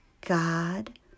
God